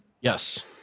Yes